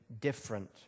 different